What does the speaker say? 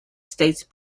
states